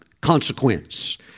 consequence